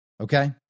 Okay